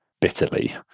bitterly